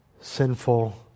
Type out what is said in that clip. sinful